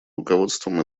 руководством